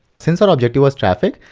since our objective was traffic,